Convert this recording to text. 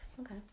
Okay